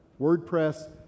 WordPress